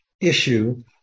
issue